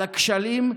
על הכשלים,